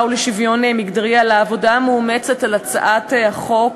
ולשוויון מגדרי על העבודה המאומצת על הצעת החוק: